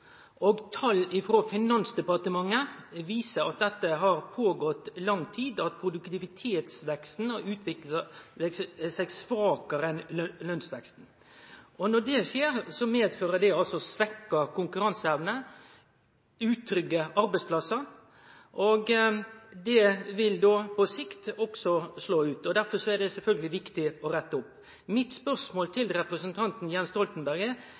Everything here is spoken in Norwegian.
og tal frå Finansdepartementet viser at dette har føregått i lang tid – at produktivitetsveksten utviklar seg svakare enn lønsveksten. Når dette skjer, fører det til svekt konkurranseevne og utrygge arbeidsplassar. Det vil på sikt også slå ut. Derfor er det sjølvsagt viktig å rette det opp. Mitt spørsmål til representanten Jens Stoltenberg